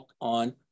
on